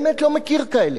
באמת לא מכיר כאלה.